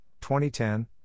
2010